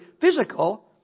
physical